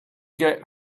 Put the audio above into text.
get